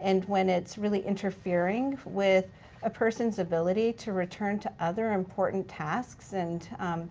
and when it's really interfering with a person's ability to return to other important tasks and